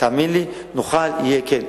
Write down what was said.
תאמין לי, יהיה כן.